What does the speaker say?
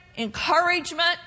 Encouragement